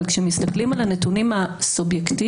אבל כשמסתכלים על הנתונים הסובייקטיביים,